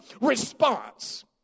response